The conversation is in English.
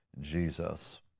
Jesus